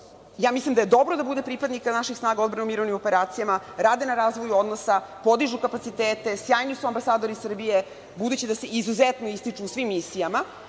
mislim da je dobro da bude pripadnika naših snaga u odbrani u mirovnim operacijama, rade na razvoju odnosa, podižu kapacitete, sjajni su ambasadori Srbije, budući da se izuzetno ističu u svim misijama,